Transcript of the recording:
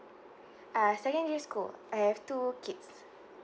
uh secondary school I have two kids